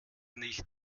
nicht